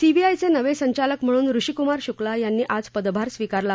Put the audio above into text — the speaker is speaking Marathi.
सीबीआयचे नवे संचालक म्हणून ऋषीकुमार शुक्ला यांनी आज पदभार स्वीकारला